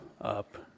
up